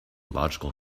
logical